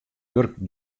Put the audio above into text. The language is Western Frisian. wurk